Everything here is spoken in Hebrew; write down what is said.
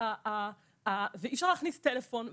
ואי אפשר להכניס טלפון,